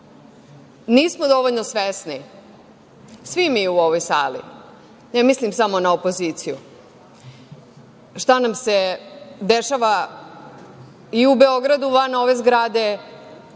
nismo dovoljno svesni, svi mi u ovoj sali, ne mislim samo na opoziciju šta nam se dešava i u Beogradu van ove zgrade